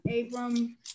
Abram